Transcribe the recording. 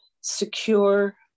secure